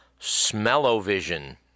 smellovision